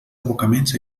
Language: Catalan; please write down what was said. abocaments